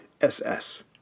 SS